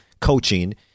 coaching